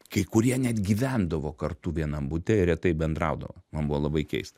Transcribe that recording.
kai kurie net gyvendavo kartu vienam bute ir retai bendraudavo man buvo labai keista